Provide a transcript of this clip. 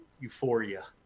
euphoria